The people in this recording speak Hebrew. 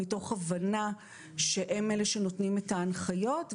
מתוך הבנה שהם אלה שנותנים את ההנחיות,